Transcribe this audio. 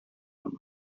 them